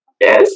Yes